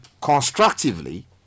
constructively